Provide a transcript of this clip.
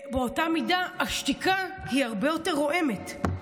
באותה המידה השתיקה היא הרבה יותר רועמת.